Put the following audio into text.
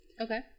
Okay